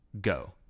go